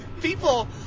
people